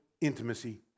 intimacy